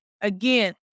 again